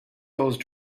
those